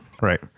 Right